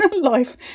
life